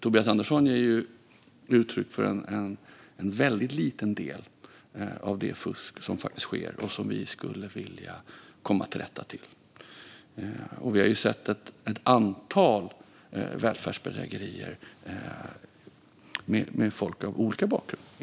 Tobias Andersson ger uttryck för en väldigt liten del av det fusk som sker och som vi skulle vilja komma till rätta med. Vi har sett ett antal välfärdsbedrägerier av folk med olika bakgrund.